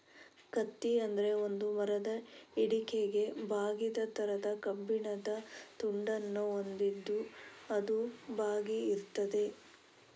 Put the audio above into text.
ಕತ್ತಿ ಅಂದ್ರೆ ಒಂದು ಮರದ ಹಿಡಿಕೆಗೆ ಬಾಗಿದ ತರದ ಕಬ್ಬಿಣದ ತುಂಡನ್ನ ಹೊಂದಿದ್ದು ಅದು ಬಾಗಿ ಇರ್ತದೆ